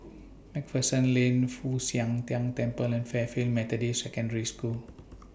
MacPherson Lane Fu Xi Tang Temple and Fairfield Methodist Secondary School